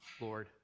Lord